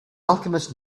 alchemist